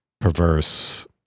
perverse